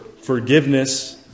forgiveness